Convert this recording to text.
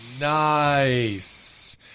nice